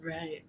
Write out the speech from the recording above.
Right